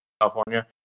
California